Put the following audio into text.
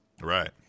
Right